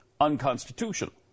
unconstitutional